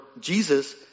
Jesus